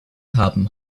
haben